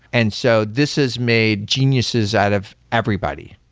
and so this is made geniuses out of everybody,